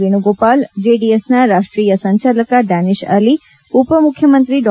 ವೇಣು ಗೋಪಾಲ್ ಜೆಡಿಎಸ್ನ ರಾಷ್ಟೀಯ ಸಂಚಾಲಕ ಡ್ಯಾನಿಶ್ ಆಲಿ ಉಪ ಮುಖ್ಯಮಂತ್ರಿ ಡಾ